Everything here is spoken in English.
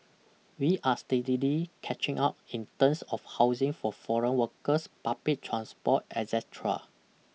we are steadily catching up in terms of housing for foreign workers public transport etcetera